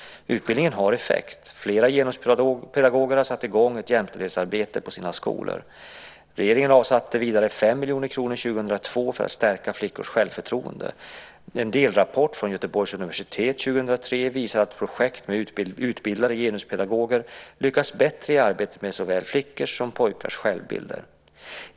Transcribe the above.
Utbildningen har effekt. Flera genuspedagoger har satt i gång ett jämställdhetsarbete på sina skolor. Regeringen avsatte vidare 5 miljoner kronor 2002 för att stärka flickors självförtroende. En delrapport från Göteborgs universitet 2003 visar att projekt med utbildade genuspedagoger lyckas bättre i arbetet med såväl flickors som pojkars självbilder.